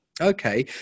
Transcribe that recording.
Okay